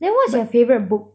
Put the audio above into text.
then what's your favourite book